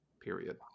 period